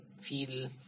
feel